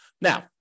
Now